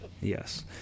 Yes